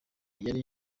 yari